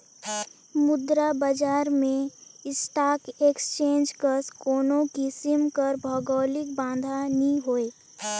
मुद्रा बजार में स्टाक एक्सचेंज कस कोनो किसिम कर भौगौलिक बांधा नी होए